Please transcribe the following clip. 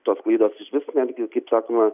tos klaidos išvis netgi kaip sakoma